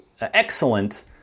excellent